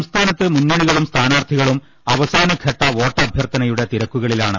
സംസ്ഥാനത്ത് മുന്നണികളും സ്ഥാനാർത്ഥികളും അവസാനഘട്ട വോട്ടഭ്യർത്ഥനയുടെ തിരക്കുകളിലാണ്